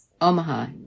Omaha